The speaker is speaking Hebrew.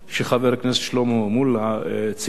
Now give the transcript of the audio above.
שחבר הכנסת שלמה מולה ציין,